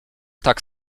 tak